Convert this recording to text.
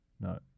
No